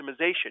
optimization